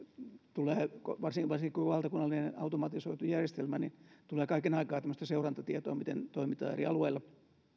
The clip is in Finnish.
tulee varsinkin kun on valtakunnallinen automatisoitu järjestelmä tulee kaiken aikaa tämmöistä seurantatietoa miten toimitaan eri alueilla